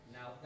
Now